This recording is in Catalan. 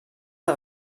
que